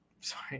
sorry